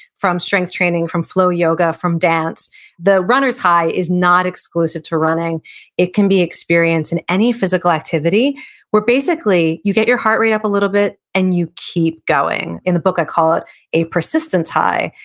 from strength training, from flow yoga, from dance the runner's high is not exclusive to running it can be experienced in any physical activity where basically, you get your heart rate up a little bit and you keep going. in the book, i call it a persistence high,